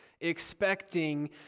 expecting